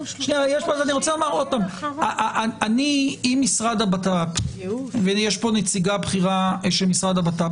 אם משרד הבט"פ ויש פה נציגה בכירה של משרד הבט"פ,